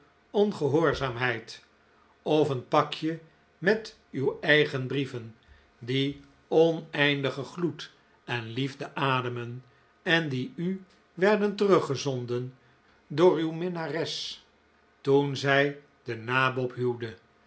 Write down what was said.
ongehoorzaamheid of een pakje met uw eigen brieven die oneindige gloed en liefde ademden en die u werden teruggezonden door uw minnares toen zij den nabob huwde